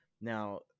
now